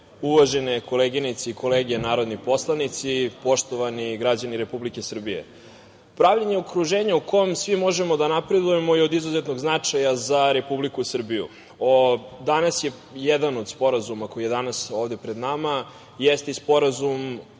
uvažene koleginice i kolege narodni poslanici, poštovani građani Republike Srbije, pravljenje okruženja u kome svi možemo da napredujemo je od izuzetnog značaja za Republiku Srbiju. Jedan od sporazuma koji je danas ovde pred nama jeste i sporazum